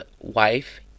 wife